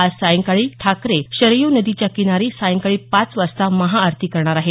आज सायंकाळी ठाकरे शरयू नदीच्या किनारी सायंकाळी पाच वाजता महाआरती करणार आहेत